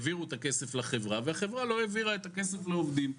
וולט העבירו את הכסף לחברה אבל היא לא העבירה את הכסף לעובדים.